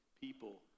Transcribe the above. people